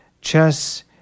chess